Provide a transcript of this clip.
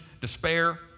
despair